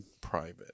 private